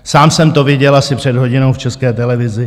Sám jsem to viděl asi před hodinou v České televizi.